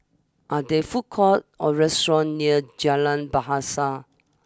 are there food courts or restaurants near Jalan Bahasa